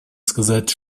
сказать